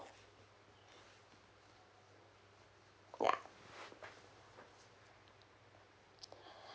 ya